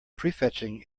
prefetching